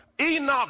Enoch